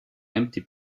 empty